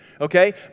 Okay